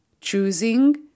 choosing